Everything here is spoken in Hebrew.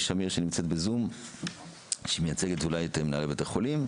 שמיר בזום שמייצגת אולי את עמדת מנהלי בית החולים.